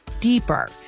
deeper